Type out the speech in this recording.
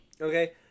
Okay